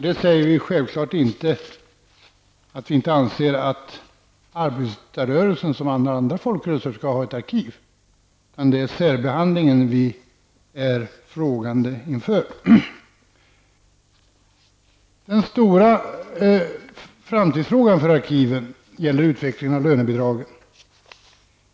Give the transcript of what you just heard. Det säger vi självfallet inte därför att vi inte anser att arbetarrörelsen som alla andra folkrörelser skall ha ett arkiv, utan det är särbehandlingen vi står frågande inför. Den stora ekonomiska framtidsfrågan för arkiven gäller utvecklingen av lönebidragen.